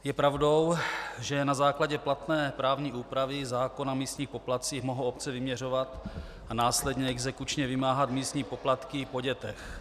Je pravdou, že na základě platné právní úpravy zákona o místních poplatcích mohou obce vyměřovat a následně exekučně vymáhat místní poplatky po dětech.